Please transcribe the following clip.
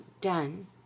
done